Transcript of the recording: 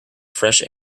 fresh